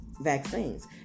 vaccines